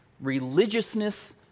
religiousness